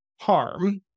harm